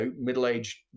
middle-aged